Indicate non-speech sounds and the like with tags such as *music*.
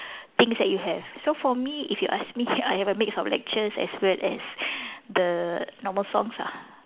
things that you have so for me if you ask me I have a mix of lectures as well as *breath* the normal songs ah